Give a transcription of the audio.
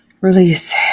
release